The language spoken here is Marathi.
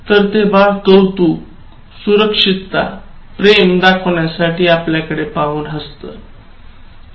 तर ते बाळ कौतुक सुरक्षितता प्रेम दाखवण्यासाठी आपल्याकडे पाहून हसत असत